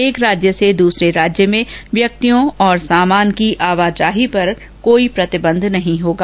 एक राज्य से दूसरे राज्य में व्यक्तियों और सामान की आवाजाही पर भी कोई प्रतिबंध नहीं होगा